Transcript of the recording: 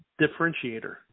differentiator